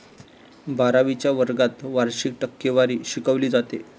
बारावीच्या वर्गात वार्षिक टक्केवारी शिकवली जाते